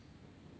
ya